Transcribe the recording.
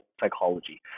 psychology